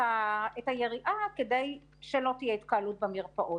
היריעה כדי שלא תהיה התקהלות במרפאות.